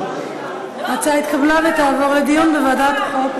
ההצעה התקבלה ותעבור לדיון בוועדת חוקה.